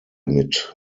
mit